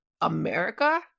America